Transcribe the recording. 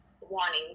wanting